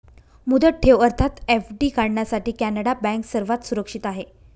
मुदत ठेव अर्थात एफ.डी काढण्यासाठी कॅनडा बँक सर्वात सुरक्षित आहे